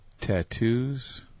Tattoos